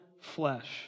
flesh